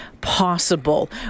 possible